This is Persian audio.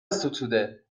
ستوده